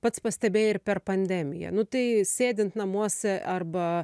pats pastebėjai ir per pandemiją nu tai sėdint namuose arba